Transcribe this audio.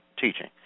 teaching